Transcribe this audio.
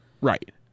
Right